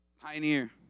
Pioneer